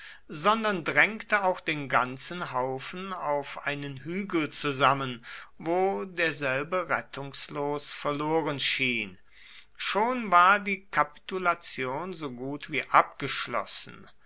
sondern drängte auch den ganzen haufen auf einen hügel zusammen wo derselbe rettungslos verloren schien schon war die kapitulation so gut wie abgeschlossen